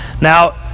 Now